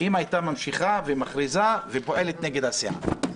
אם הייתה ממשיכה ומכריזה ופועלת נגד הסיעה.